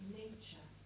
nature